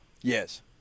Yes